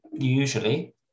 Usually